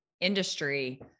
industry